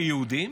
כיהודים,